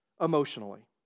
Emotionally